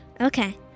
Okay